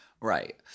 Right